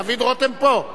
דוד רותם פה.